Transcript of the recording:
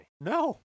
No